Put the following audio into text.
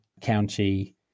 county